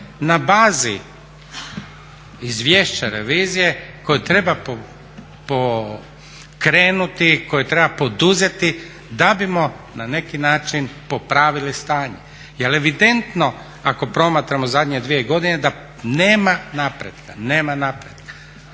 na bazi izvješća revizije koje treba pokrenuti, koje treba poduzeti da bismo na neki način popravili stanje. Jer evidentno je ako promatramo zadnje dvije godine da nema napretka. Nema napretka.